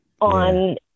on